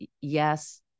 Yes